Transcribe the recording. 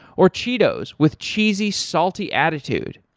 or cheetos with cheesy, salty attitude.